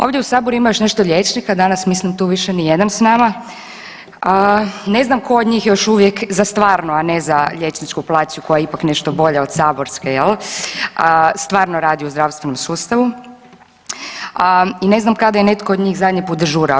Ovdje u saboru ima još nešto liječnika, danas mislim tu više nijedan s nama, a ne znam ko od njih još uvijek za stvarno, a ne za liječničku plaću koja je ipak nešto bolja od saborske jel, stvarno radi u zdravstvenom sustavu i ne znam kada je netko od njih zadnji put dežurao.